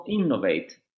innovate